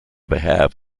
behalf